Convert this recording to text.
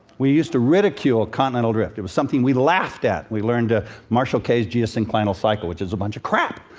we used to ridicule continental drift. it was something we laughed at. we learned of ah marshall kay's geosynclinal cycle, which is a bunch of crap.